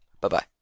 Bye-bye